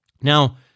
Now